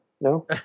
No